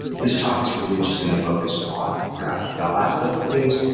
this talk is really just going to focus on the graphql aspect of things,